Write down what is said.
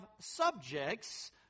subjects